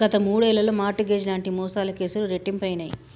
గత మూడేళ్లలో mortgage లాంటి మోసాల కేసులు రెట్టింపయినయ్